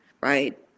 right